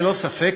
ללא ספק,